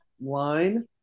line